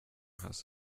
has